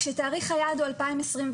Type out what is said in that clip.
שתאריך היעד הוא 2027,